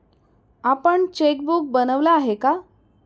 आपण चेकबुक बनवलं आहे का?